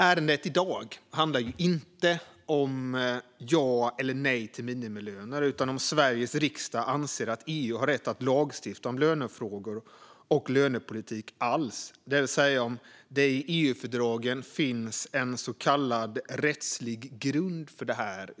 Ärendet i dag handlar inte om ja eller nej till minimilöner utan om huruvida Sveriges riksdag anser att EU alls har rätt att lagstifta om lönefrågor och lönepolitik, det vill säga om det i EU-fördragen över huvud taget finns så kallad rättslig grund för detta.